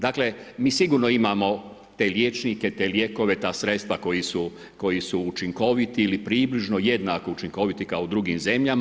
Dakle, mi sigurno imamo te liječnike, te lijekove, ta sredstva koji su učinkoviti ili približno jednako učinkoviti kao u drugim zemljama.